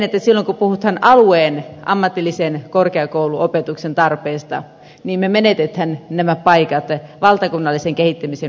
silloin kun puhutaan alueen ammatillisen korkeakouluopetuksen tarpeesta niin me menetämme nämä paikat valtakunnallisen kehittämisen vuoksi